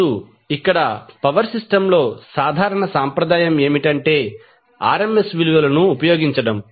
ఇప్పుడు ఇక్కడ power system లో సాధారణ సంప్రదాయం ఏమిటంటే RMS విలువలను ఉపయోగించడం